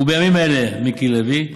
ובימים אלה, מיקי לוי,